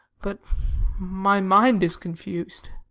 but my mind is confused.